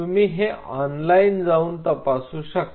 तुम्ही हे ऑनलाईन जाऊन तपासू शकता